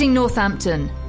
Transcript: Northampton